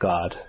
God